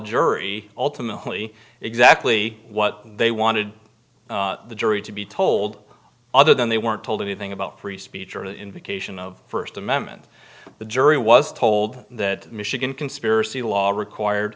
jury ultimately exactly what they wanted the jury to be told other than they weren't told anything about free speech or the invocation of first amendment the jury was told that michigan conspiracy law